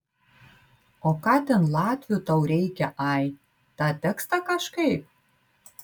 o ką ten latvių tau reikia ai tą tekstą kažkaip